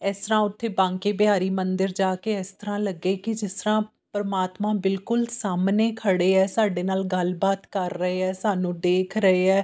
ਇਸ ਤਰ੍ਹਾਂ ਉੱਥੇ ਬਾਂਕੇ ਬਿਹਾਰੀ ਮੰਦਿਰ ਜਾ ਕੇ ਇਸ ਤਰ੍ਹਾਂ ਲੱਗੇ ਕਿ ਜਿਸ ਤਰ੍ਹਾਂ ਪਰਮਾਤਮਾ ਬਿਲਕੁਲ ਸਾਹਮਣੇ ਖੜ੍ਹੇ ਆ ਸਾਡੇ ਨਾਲ ਗੱਲਬਾਤ ਕਰ ਰਹੇ ਹੈ ਸਾਨੂੰ ਦੇਖ ਰਹੇ ਹੈ